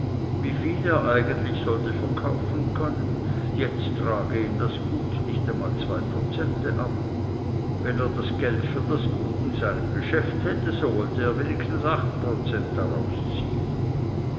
wie viel er eigentlich sollte verkaufen können jetzt trage ihm das gut nicht einmal zwei prozente ab wenn er das geld für das gut in seinem geschäft hätte so wollte er wenigstens acht prozent daraus ziehen